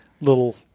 little